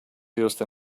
used